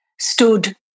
stood